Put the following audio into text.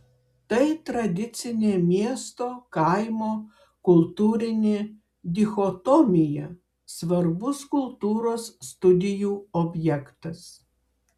tai tradicinė miesto kaimo kultūrinė dichotomija svarbus kultūros studijų objektas